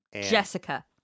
Jessica